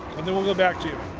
and then we'll go back to you.